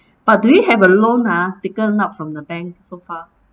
but do you have a loan ah taken out from the bank so far